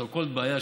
so called בעיה,